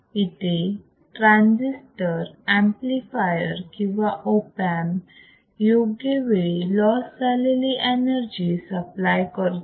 इथे transistor amplifier किंवा op amp योग्य वेळी लॉस झालेली एनर्जी सप्लाय करतो